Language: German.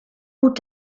gut